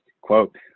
quote